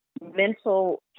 mental